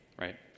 right